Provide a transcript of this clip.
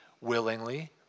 willingly